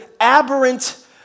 aberrant